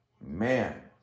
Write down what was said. Man